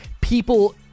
people